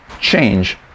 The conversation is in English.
change